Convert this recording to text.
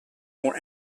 more